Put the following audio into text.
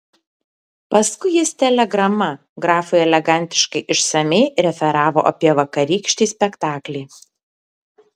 paskui jis telegrama grafui elegantiškai išsamiai referavo apie vakarykštį spektaklį